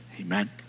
Amen